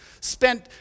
spent